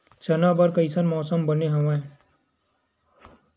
चना बर कइसन मौसम बने हवय?